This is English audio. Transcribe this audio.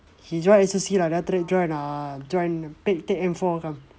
he join S_O_C lah then after join err join ah join take take M four come